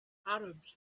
arabs